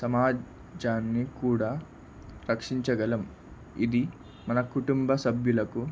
సమాజాన్ని కూడా రక్షించగలం ఇది మన కుటుంబ సభ్యులకు